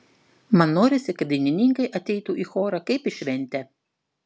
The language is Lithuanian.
man norisi kad dainininkai ateitų į chorą kaip į šventę